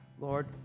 Lord